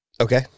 Okay